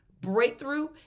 breakthrough